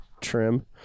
trim